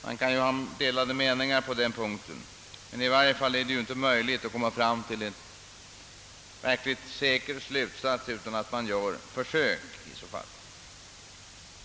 Man kan ha delade meningar också på den punkten, men i varje fall är det inte möjligt att dra en verkligt säker slutsats utan att göra försök.